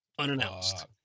Unannounced